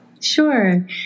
Sure